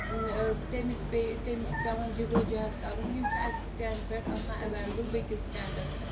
تٔمِس پیٚیہِ تٔمِس چھُ پٮ۪وان جِدو جہد کَرُن یِم چھِ اَکہِ سِٹینٛڈ پٮ۪ٹھ آسان ایٚویلیبُل بییِس سِٹینڈس تانۍ